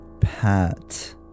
Pat